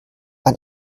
ein